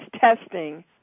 testing